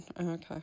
okay